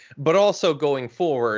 but also going forward